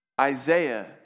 Isaiah